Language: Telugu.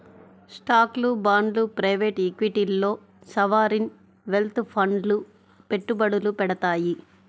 స్టాక్లు, బాండ్లు ప్రైవేట్ ఈక్విటీల్లో సావరీన్ వెల్త్ ఫండ్లు పెట్టుబడులు పెడతాయి